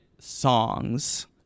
songs